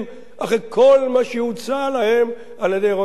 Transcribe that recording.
מה שהוצע על-ידי ראש הממשלה אולמרט?